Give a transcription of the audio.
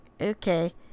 okay